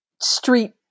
street